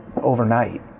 overnight